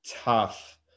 tough